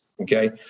okay